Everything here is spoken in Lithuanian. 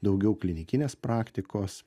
daugiau klinikinės praktikos